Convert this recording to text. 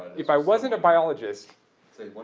if i wasn't a biologist